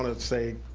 to say